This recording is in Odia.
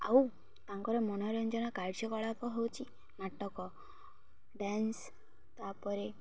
ଆଉ ତାଙ୍କର ମନୋରଞ୍ଜନ କାର୍ଯ୍ୟକଳାପ ହେଉଛି ନାଟକ ଡ୍ୟାନ୍ସ ତା'ପରେ